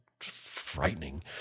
Frightening